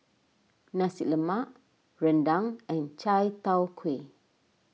Nasi Lemak Rendang and Chai Tow Kuay